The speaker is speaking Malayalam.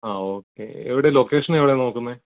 ആ ഓക്കെ എവിടെ ലോക്കഷൻ എവിടെയാണ് നോക്കുന്നത്